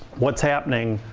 what's happening